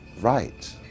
right